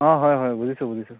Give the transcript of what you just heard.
অঁ হয় হয় বুজিছোঁ বুজিছোঁ